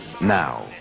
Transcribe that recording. Now